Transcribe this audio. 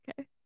Okay